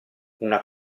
una